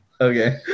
Okay